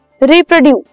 reproduce